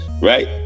Right